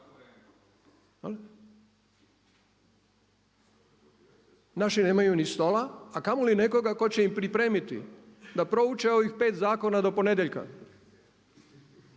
Naši nemaju ni stola a kamoli nekoga tko će im pripremiti da prouče ovih 5 zakona do ponedjeljka